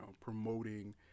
promoting